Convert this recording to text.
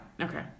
Okay